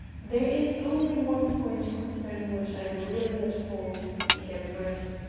there is only one point concerning which i am really at fault, began brett.